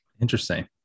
Interesting